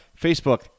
Facebook